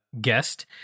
guest